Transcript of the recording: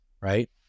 right